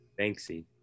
Banksy